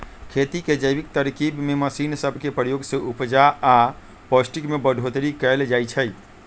खेती के जैविक तरकिब में मशीन सब के प्रयोग से उपजा आऽ पौष्टिक में बढ़ोतरी कएल जाइ छइ